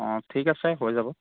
অঁ ঠিক আছে হৈ যাব